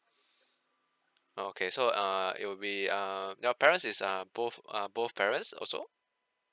okay so uh it will be uh your parents is uh both uh both parents also